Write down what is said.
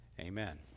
Amen